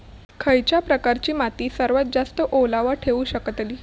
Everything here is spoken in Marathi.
खयच्या प्रकारची माती सर्वात जास्त ओलावा ठेवू शकतली?